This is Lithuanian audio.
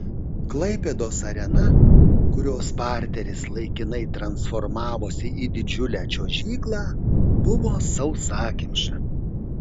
klaipėdos arena kurios parteris laikinai transformavosi į didžiulę čiuožyklą buvo sausakimša